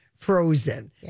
Frozen